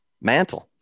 mantle